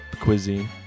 cuisine